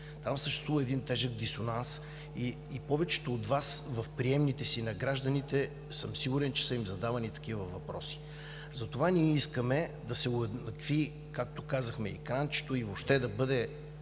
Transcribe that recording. Там съществува един тежък дисонанс и на повечето от Вас в приемните им за гражданите съм сигурен, че са им задавани такива въпроси. Затова ние искаме да се уеднакви, както казахме, и кранчето, и въобще да бъде